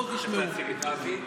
בואו תשמעו.